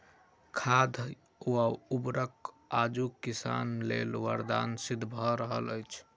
खाद वा उर्वरक आजुक किसान लेल वरदान सिद्ध भ रहल अछि